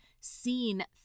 seen